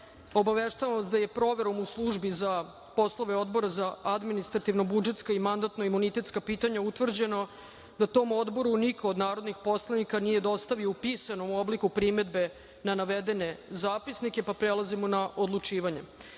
vas da je proverom u Službi za poslove Odbora za administrativno-budžetska i mandatno-imunitetska pitanja utvrđeno da tom odboru niko od narodnih poslanika nije dostavio u pisanom obliku primedbe na navedene zapisnike, pa prelazimo na odlučivanje. Stavljam